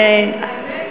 זה, האמת,